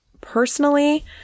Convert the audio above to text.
personally